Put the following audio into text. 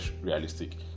realistic